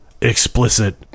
explicit